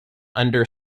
under